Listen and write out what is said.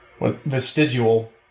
vestigial